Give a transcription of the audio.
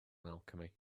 alchemy